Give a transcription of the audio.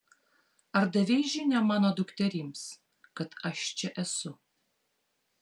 ar davei žinią mano dukterims kad aš čia esu